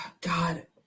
God